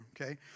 Okay